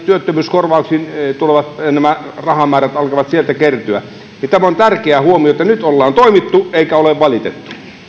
työttömyyskorvauksiin tulevat rahamäärät alkavat sieltä kertyä tämä on tärkeä huomio nyt ollaan toimittu eikä ole valitettu